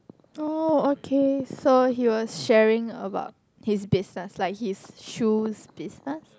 oh okay so he was sharing about his business like his shoes business